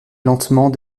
lentement